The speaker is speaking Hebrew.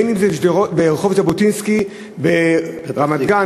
בין שזה ברחוב ז'בוטינסקי ברמת-גן,